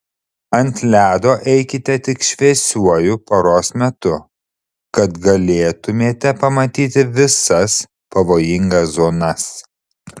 ant ledo eikite tik šviesiuoju paros metu kad galėtumėte pamatyti visas pavojingas zonas